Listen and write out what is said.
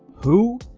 who?